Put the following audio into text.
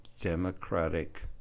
democratic